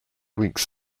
weeks